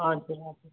हजुर हजुर